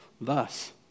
Thus